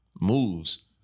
moves